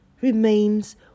remains